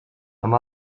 amb